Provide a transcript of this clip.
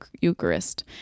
Eucharist